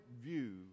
view